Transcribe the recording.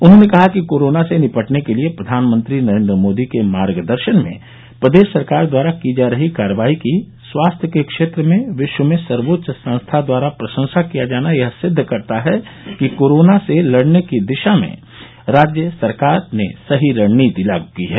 उन्होंने कहा कि कोरोना से निपटने के लिये प्रधानमंत्री नरेन्द्र मोदी के मार्ग दर्शन में प्रदेश सरकार द्वारा की जा रही कार्रवाई की स्वास्थ्य के क्षेत्र में विश्व में सर्वोच्च संस्था द्वारा प्रशंसा किया जाना यह सिद्द करता है कि कोरोना से लड़ने की दिशा में राज्य सरकार ने सही रणनीति लागू की है